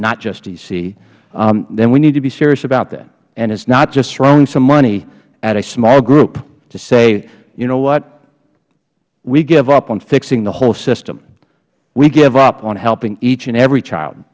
not just d c then we need to be serious about that and it is not just throwing some money at a small group to say you know what we give up on fixing the whole system we give up on helping each and every child